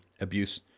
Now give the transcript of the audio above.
abuse